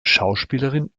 schauspielerin